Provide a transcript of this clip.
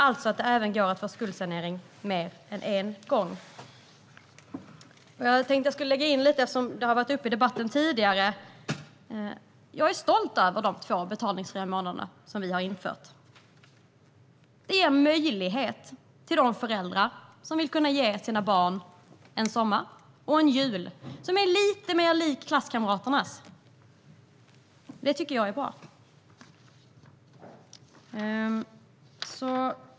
Det ska alltså gå att få skuldsanering mer än en gång. Låt mig ta upp de två betalningsfria månaderna eftersom de kommit upp i debatten tidigare. Jag är stolt över att vi har infört dem. De ger föräldrar en möjlighet att ge sina barn en sommar och en jul som är lite mer lik klasskamraternas. Det är bra.